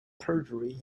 perjury